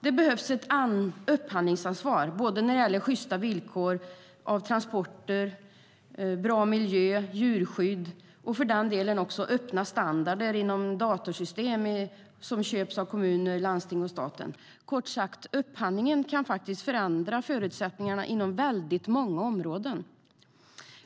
Det behövs ett upphandlingsansvar, när det gäller sjysta villkor för transporter, bra miljö, djurskydd och för den delen också öppna standarder för de datasystem som köps av kommuner, landsting och staten. Kort sagt: Upphandlingen kan faktiskt förändra förutsättningarna på väldigt många områden.